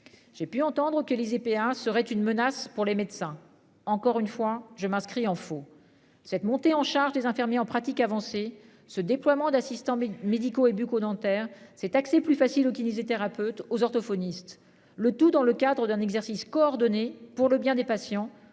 J'ai pu entendre que les serait une menace pour les médecins, encore une fois je m'inscris en faux. Cette montée en charge des infirmiers en pratique avancée ce déploiement d'assistants médicaux et bucco-dentaire cet accès plus facile aux kinésithérapeutes, orthophonistes, le tout dans le cadre d'un exercice coordonné pour le bien des patients.